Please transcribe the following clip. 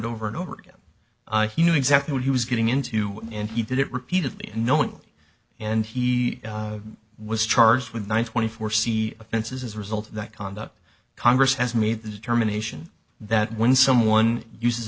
over and over again he knew exactly what he was getting into and he did it repeatedly and no one and he was charged with one twenty four c offenses as a result of that conduct congress has made the determination that when someone uses a